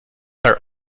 are